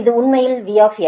இது உண்மையில் V